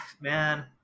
man